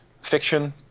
fiction